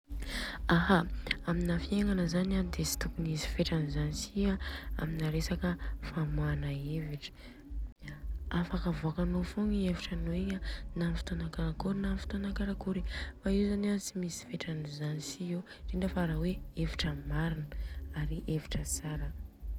Aha, amina fiegnana zany an de tsy tokony hisy fetrany zany si amina resaka famohana hevitra. Afaka avoaka nô fogna i hevitra ano igny an na amin'ny fotoana karakory na karakory, fa Io zany tsy misy